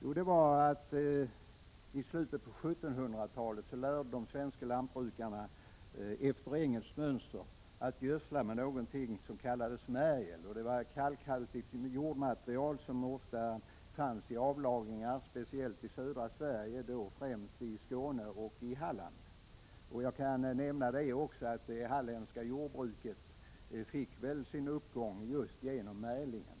I slutet av 1700-talet lärde sig de svenska lantbrukarna efter engelskt mönster att gödsla med märgel — det var kalkhaltigt jordmaterial som fanns i avlagringar speciellt i södra Sverige, främst i Skåne och Halland. Jag kan nämna att det halländska jordbruket fick sin uppgång just genom märglingen.